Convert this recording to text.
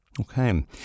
Okay